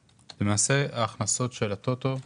ההכנסות של הטוטו,